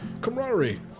camaraderie